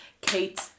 Kate